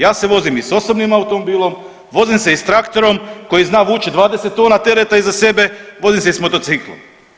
Ja se vozim i sa osobnim automobilom, vozim se i sa traktorom koji zna vuči 20 tona tereta iza sebe, vozim se i sa motociklom.